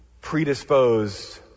predisposed